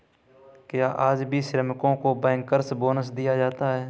क्या आज भी श्रमिकों को बैंकर्स बोनस दिया जाता है?